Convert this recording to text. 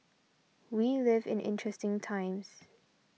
we live in interesting times